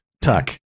tuck